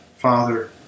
Father